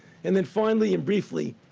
and then finally and briefly,